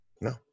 No